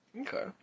Okay